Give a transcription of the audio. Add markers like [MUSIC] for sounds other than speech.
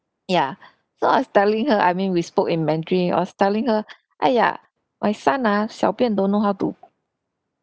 ya so I was telling her I mean we spoke in mandarin I was telling her [BREATH] !aiya! my son ah xiao bian don't know how to